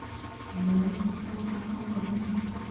Loan कतला टाका करोही?